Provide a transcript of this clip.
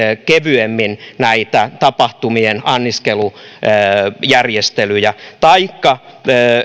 kevyemmin näitä tapahtumien anniskelujärjestelyjä taikka